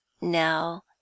now